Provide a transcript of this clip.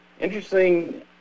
Interesting